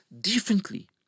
differently